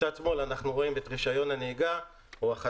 מצד שמאל אנחנו רואים את רישיון הנהיגה החדש,